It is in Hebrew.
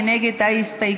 מי נגד ההסתייגות?